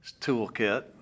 Toolkit